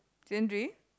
season three